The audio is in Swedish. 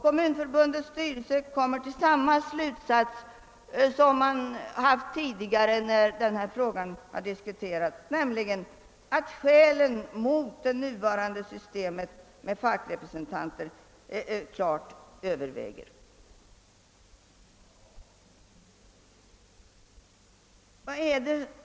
Kommunförbundets styrelse kommer till samma slutsats som när denna fråga tidigare diskuterats, nämligen att skälen mot det nuvarande systemet med fackrepresentanter klart överväger.